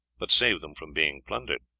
but saved them from being plundered.